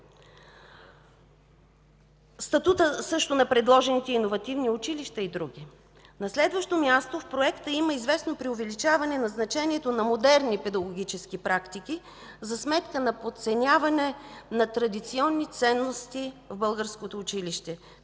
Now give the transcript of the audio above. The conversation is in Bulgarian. статутът на предложените иновативни училища и други. На следващо място, в Проекта има известно преувеличаване на значението на модерни педагогически практики за сметка на подценяване на традиционни ценности в българското училище,